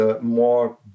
more